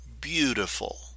beautiful